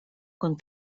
con